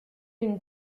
une